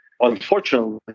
Unfortunately